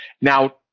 Now